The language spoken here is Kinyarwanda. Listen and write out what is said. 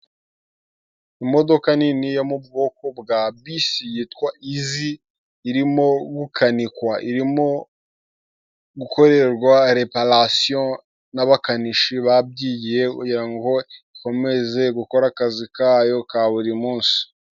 Imodoka nini yo mu bwoko bwa bisi yitwa Izi, irimo gukanikwa; irimo gukorerwa reparasiyo n'abakanishi babyigiye kugirango ikomeze gukora akazi kayo ka buri munsi.